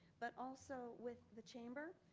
but also with the chamber,